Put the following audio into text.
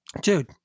Dude